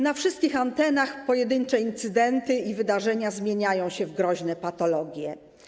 Na wszystkich antenach pojedyncze incydenty i wydarzenia zmieniają się w groźne patologie.